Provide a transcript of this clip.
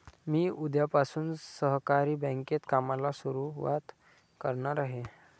मी उद्यापासून सहकारी बँकेत कामाला सुरुवात करणार आहे